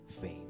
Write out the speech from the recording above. faith